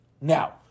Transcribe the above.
Now